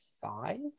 five